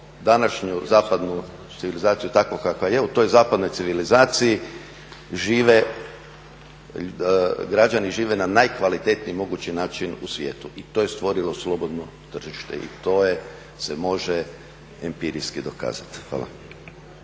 današnju zapadnu civilizaciju takvu kakva je. U toj zapadnoj civilizaciji žive, građani žive na najkvalitetniji mogući način u svijetu. I to je stvorilo slobodno tržište i to se može empirijski dokazati. Hvala.